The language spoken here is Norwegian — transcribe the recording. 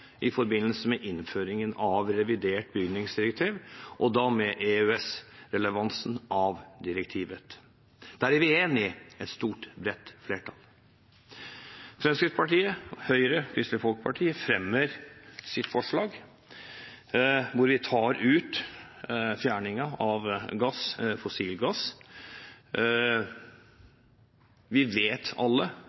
i forbindelse med innføringen av revidert bygningsenergidirektiv og da med EØS-relevansen av direktivet. Der er et stort, bredt flertall enig. Fremskrittspartiet, Høyre og Kristelig Folkeparti fremmer sitt forslag, hvor vi fjerner fossil gass. Vi vet alle